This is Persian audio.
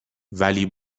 ولی